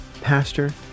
pastor